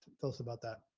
tell us about that.